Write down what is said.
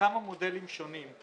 כמה מודלים שונים,